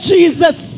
Jesus